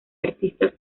artista